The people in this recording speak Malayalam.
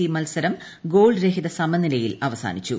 സി മത്സരം ഗോൾ രഹിത സമനിലയിൽ അവസാനിച്ചു